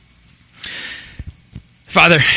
Father